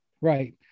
right